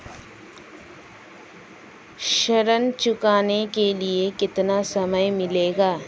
ऋण चुकाने के लिए कितना समय मिलेगा?